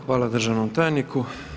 Hvala državnom tajniku.